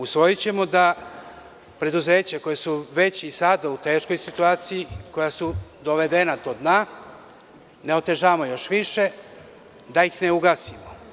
Usvojićemo da preduzeća koja su već sada u teškoj situaciji, koja su dovedena do dna, ne otežamo još više, da ih ne ugasimo.